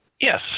yes